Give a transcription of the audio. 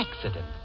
accident